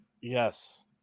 Yes